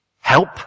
Help